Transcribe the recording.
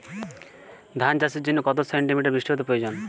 ধান চাষের জন্য কত সেন্টিমিটার বৃষ্টিপাতের প্রয়োজন?